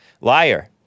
Liar